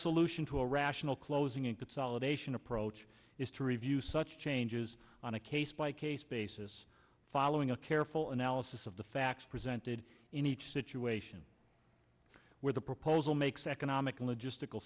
solution to a rational closing and consolidation approach is to review such changes on a case by case basis following a careful analysis of the facts presented in each situation where the proposal makes economic logistical